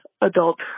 adult